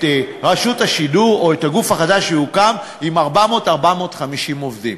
רשות השידור או את הגוף החדש שיוקם עם 400 450 עובדים.